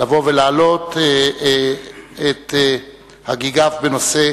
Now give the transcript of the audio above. להעלות את הגיגיו בנושא